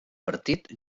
partit